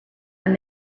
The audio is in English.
and